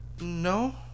No